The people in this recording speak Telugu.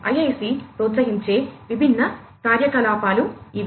IIC ప్రోత్సహించే విభిన్న కార్యకలాపాలు ఇవి